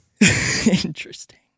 interesting